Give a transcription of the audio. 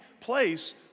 place